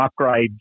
upgrades